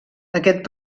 aquest